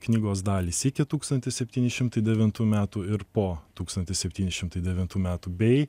knygos dalys iki tūkstantis septyni šimtai devintų metų ir po tūkstantis septyni šimtai devintų metų bei